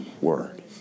word